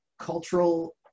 cultural